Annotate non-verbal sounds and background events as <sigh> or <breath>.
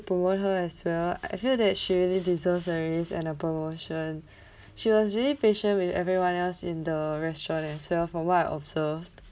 promote her as well I feel that she really deserves a raise and a promotion <breath> she was really patient with everyone else in the restaurant as well from what I've observed